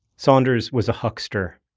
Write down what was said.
saunders was a huckster.